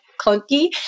clunky